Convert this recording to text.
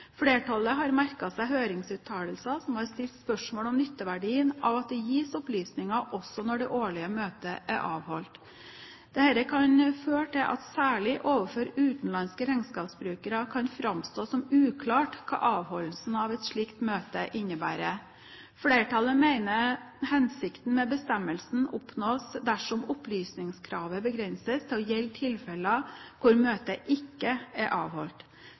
Flertallet har merket seg høringsuttalelser som har stilt spørsmål om nytteverdien av at det gis opplysninger også når det årlige møtet er avholdt. Dette kan føre til at det særlig overfor utenlandske regnskapsbrukere kan framstå som uklart hva avholdelsen av et slikt møte innebærer. Flertallet mener hensikten med bestemmelsen oppnås dersom opplysningskravet begrenses til å gjelde tilfeller hvor møtet ikke er avholdt.